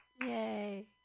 Yay